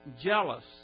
jealous